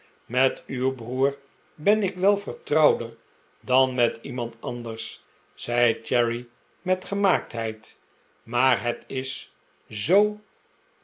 met uw broer ben ik wel vertrouwder dan met iemand anders zei cherry met gemaaktheid maar het is zoo